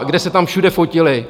Kde se tam všude fotili.